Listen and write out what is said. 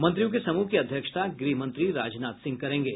मंत्रियों के समूह की अध्यक्षता गृहमंत्री राजनाथ सिंह करेंगे